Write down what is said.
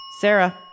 Sarah